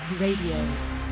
Radio